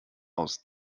aus